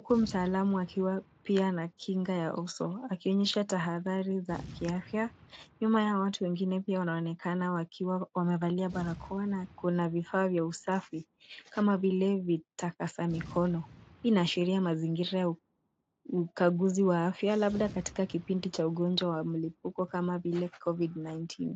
kumsimamia. Mtaalamu wa afya anaangalia kinga ya mwili na kutoa tahadhari za kiafya. Watu wengine pia wapo wakimshuhudia, na kuna vifaa vya usafi vinavyotumika, kama vile takasa mikono. Tukio hili linaashiria ukaguzi wa afya na masharti ya usafi.